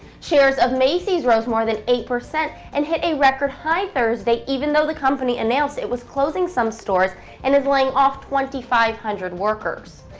shares of macy's rose more than eight percent and hit a record high thursday, even though the company announced it was closing some stores and is laying off twenty five hundred workers.